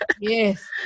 Yes